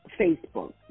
Facebook